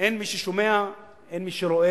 אין מי ששומע, אין מי שרואה,